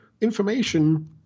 information